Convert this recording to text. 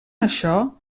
això